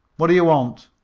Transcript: what d' you want?